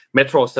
Metro